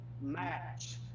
match